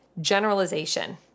generalization